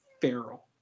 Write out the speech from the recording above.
feral